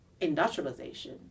industrialization